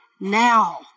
now